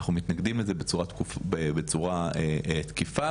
אנחנו מתנגדים לזה בצורה תקיפה,